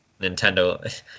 Nintendo